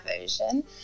version